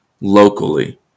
locally